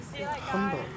Humble